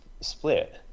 split